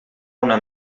una